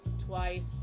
twice